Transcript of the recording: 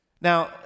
Now